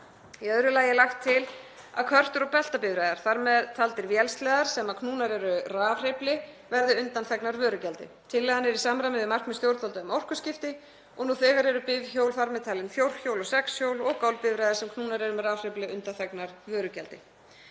Í öðru lagi er lagt til að körtur og beltabifreiðar, þar með taldir vélsleðar, sem knúnar eru rafhreyfli, verði undanþegnar vörugjaldi. Tillagan er í samræmi við markmið stjórnvalda um orkuskipti en nú þegar eru bifhjól, þar með talin fjórhjól og sexhjól, og golfbifreiðar sem knúnar eru með rafhreyfli undanþegnar vörugjaldi.